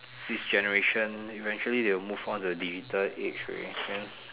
this generation eventually they will move all the digital age already